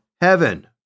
heaven